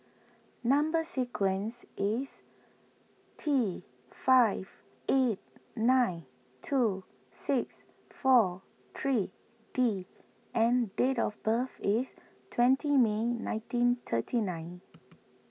Number Sequence is T five eight nine two six four three D and date of birth is twenty May nineteen thirty nine